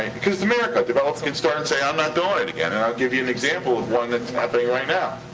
it's america. developers can start and say, i'm not doin' it again. and i'll give you an example of one that's happening right now.